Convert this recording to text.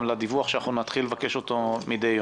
גם לדיווח שאנחנו נתחיל לבקש אותו מידי יום.